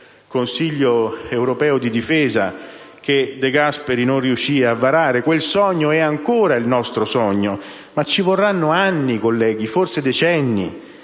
Consiglio europeo di difesa che De Gasperi non riuscì a varare. Quel sogno è ancora il nostro sogno, ma ci vorranno anni per realizzarlo, forse decenni,